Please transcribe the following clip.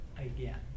again